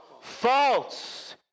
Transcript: false